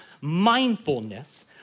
mindfulness